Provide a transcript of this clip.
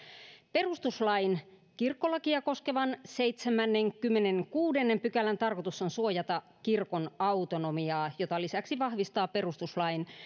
perustuslain kirkkolakia koskevan seitsemännenkymmenennenkuudennen pykälän tarkoitus on suojata kirkon autonomiaa jota lisäksi vahvistavat perustuslain